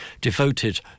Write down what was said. devoted